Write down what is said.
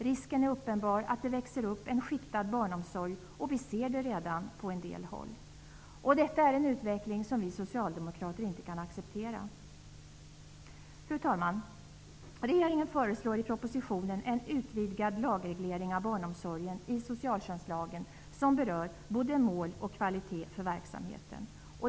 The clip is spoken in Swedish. Risken är uppenbar att det växer upp en skiktad barnomsorg, och vi ser det redan på en del håll. Detta är en utveckling som vi socialdemokrater inte kan acceptera. Fru talman! Regeringen föreslår i propositionen en utvidgad lagreglering av barnomsorgen i socialtjänstlagen som berör både mål och kvalitet för verksamheten.